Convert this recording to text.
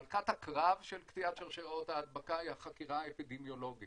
מלכת הקרב של קטיעת שרשראות ההדבקה היא החקירה האפידמיולוגית.